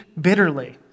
bitterly